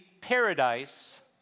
paradise